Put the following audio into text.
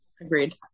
agreed